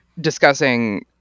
discussing